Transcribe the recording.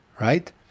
right